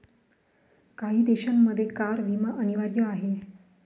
काही देशांमध्ये कार विमा अनिवार्य आहे